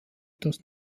das